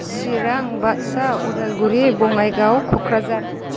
Chirang Baksa Udalguri Bongaigaon Kokrajhar